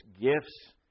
gifts